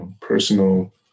personal